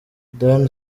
dan